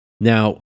Now